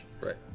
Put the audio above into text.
right